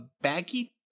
baggy